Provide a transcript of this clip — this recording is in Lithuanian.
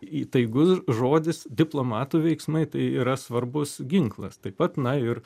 įtaigus žodis diplomatų veiksmai tai yra svarbus ginklas taip pat na ir